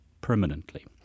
permanently